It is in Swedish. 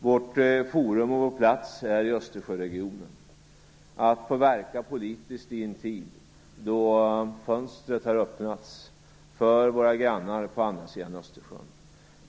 Vårt forum och vår plats är i Östersjöregionen - att få verka politiskt i en tid då fönstret har öppnats för våra grannar på andra sidan Östersjön.